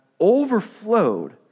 overflowed